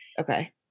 Okay